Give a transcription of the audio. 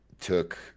took